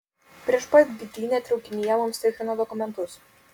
prieš pat gdynę traukinyje mums tikrino dokumentus